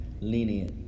lenient